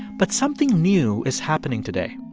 but something new is happening today.